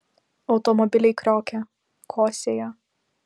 automobiliai kriokia kosėja